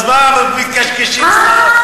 אז מה מתקשקשים סתם?